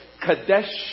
Kadesh